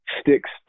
Sticks